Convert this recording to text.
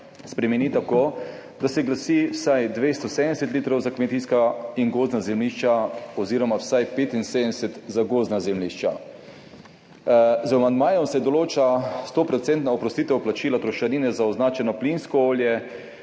spremeni tako, da se glasi »vsaj 270 litrov za kmetijska in gozdna zemljišča oziroma vsaj 75 za gozdna zemljišča«. Z amandmajem se določa 100 % oprostitev plačila trošarine za označeno plinsko olje,